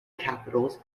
capitals